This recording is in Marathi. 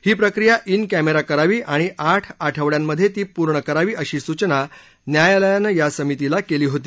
ही प्रक्रिया ात्र कॅमेरा करावी आणि आठ आठवड्यांमध्ये ती पूर्ण करावी अशी सूचना न्यायालयानं या समितीला केली होती